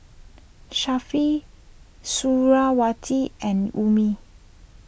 Sharifah Suriawati and Ummi